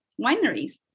wineries